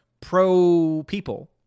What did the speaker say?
pro-people